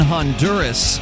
Honduras